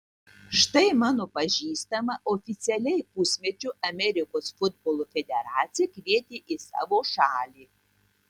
štai mano pažįstamą oficialiai pusmečiui amerikos futbolo federacija kvietė į savo šalį